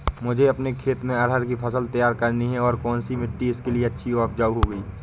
मुझे अपने खेत में अरहर की फसल तैयार करनी है और कौन सी मिट्टी इसके लिए अच्छी व उपजाऊ होगी?